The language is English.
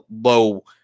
low